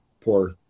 poor